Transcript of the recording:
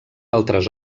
altres